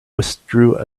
withdrew